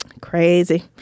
Crazy